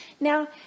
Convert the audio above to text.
Now